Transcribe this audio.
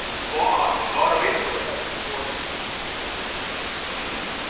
god, the god of israel, is going to just consume them.